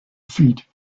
feet